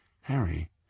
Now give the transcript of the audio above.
Harry